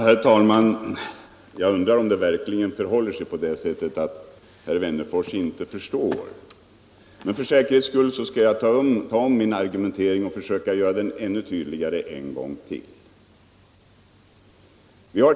Herr talman! Jag undrar om herr Wennerfors verkligen inte förstår vad jag avsåg. Men för säkerhets skull skall jag ta om min argumentering och försöka göra den ännu tydligare.